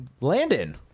Landon